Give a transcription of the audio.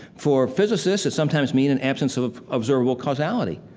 for physicists, it sometimes mean an absence of observable causality.